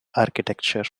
architecture